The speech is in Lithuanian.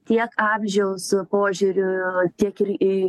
tiek amžiaus požiūriu tiek ir į